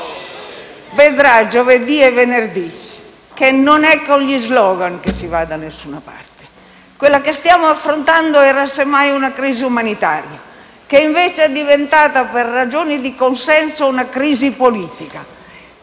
e vedrà giovedì e venerdì, che con gli *slogan* non si va da nessuna parte. Quella che stiamo affrontando era, semmai, una crisi umanitaria, che invece è diventata, per ragioni di consenso, una crisi politica,